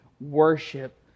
worship